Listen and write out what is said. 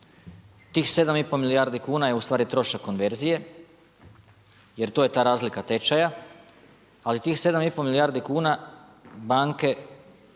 i pol milijardi kuna je ustvari trošak konverzije jer to je ta razlika tečaja, ali tih 7 i pol milijardi kuna banke